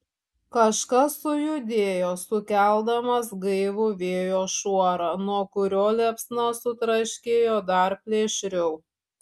kažkas sujudėjo sukeldamas gaivų vėjo šuorą nuo kurio liepsna sutraškėjo dar plėšriau